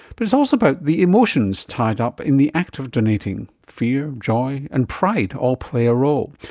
but it's also about the emotions tied up in the act of donating fear, joy and pride all play a role.